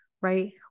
Right